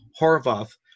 Horvath